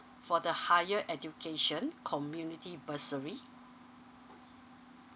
for the higher education community bursary